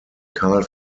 carl